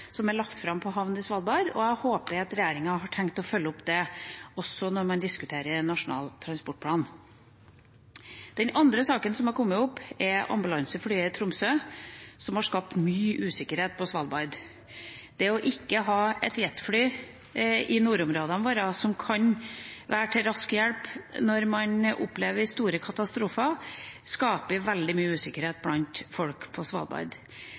andre saken som har kommet opp, er ambulanseflyet i Tromsø, som har skapt mye usikkerhet på Svalbard. Det å ikke ha et jetfly i nordområdene våre som kan være til hjelp raskt når man opplever store katastrofer, skaper veldig mye usikkerhet blant folk på Svalbard.